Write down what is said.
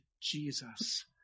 Jesus